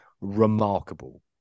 remarkable